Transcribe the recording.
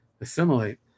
Assimilate